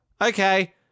Okay